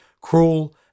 cruel